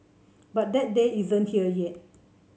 but that day isn't here yet